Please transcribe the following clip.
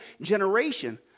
generation